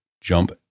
Jump